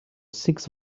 six